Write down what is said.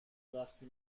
وقتی